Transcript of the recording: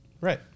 right